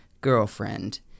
girlfriend